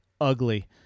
ugly